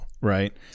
Right